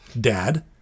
dad